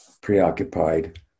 preoccupied